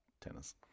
tennis